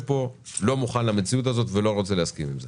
פה לא מוכן למציאות הזאת ולא רוצה להסכים עם זה,